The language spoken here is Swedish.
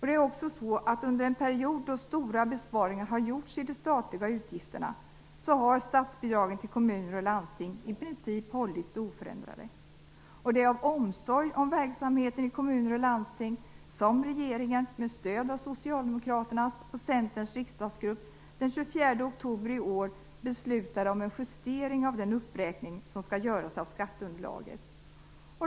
Det är också så att under en period då stora besparingar har gjorts i de statliga utgifterna har statsbidragen till kommuner och landsting i princip hållits oförändrade. Det är av omsorg om verksamheten i kommuner och landsting som regeringen med stöd av Socialdemokraternas och Centerns riksdagsgrupper den 24 oktober 1996 beslutade om en justering av den uppräkning som skall göras av skatteunderlaget.